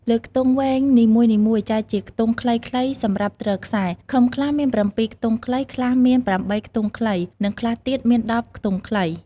លើខ្ទង់វែងនីមួយៗចែកជាខ្ទង់ខ្លីៗសំរាប់ទ្រខ្សែ ឃឹមខ្លះមាន៧ខ្ទង់ខ្លី ខ្លះមាន៨ខ្ទង់ខ្លី និងខ្លះទៀតមាន១០ខ្ទង់ខ្លី។